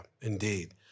indeed